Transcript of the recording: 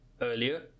earlier